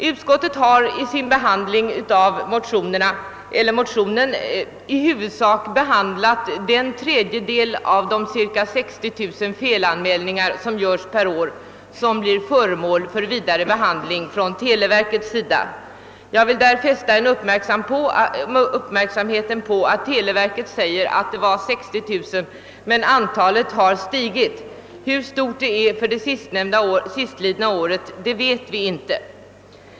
Utskottet har beträffande vår motion i huvudsak behandlat den tredjedel av de cirka 60 000 felanmälningar som görs per år och vilka blir föremål för vidare behandling av televerket. Jag vill fästa uppmärksamheten på att siffran 60 000 är televerkets, men antalet har stigit. Hur stort det är för det sistlidna året vet vi ännu inte.